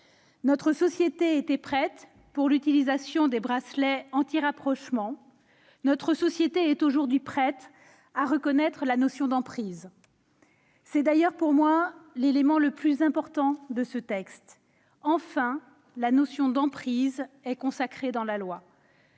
Notre société était prête pour l'utilisation des bracelets anti-rapprochement, elle est aujourd'hui prête à reconnaître la notion d'emprise. C'est d'ailleurs, pour moi, l'élément le plus important de ce texte. Enfin, cette notion est consacrée dans la loi.